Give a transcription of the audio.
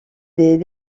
des